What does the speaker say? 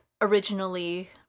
originally